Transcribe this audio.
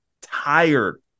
tired